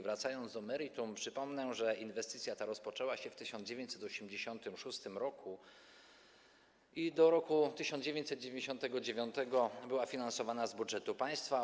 Wracając do meritum, przypomnę, że inwestycja ta rozpoczęła się w 1986 r. i do roku 1999 była finansowana z budżetu państwa.